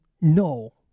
No